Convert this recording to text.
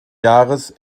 jahres